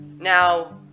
now